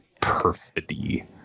Perfidy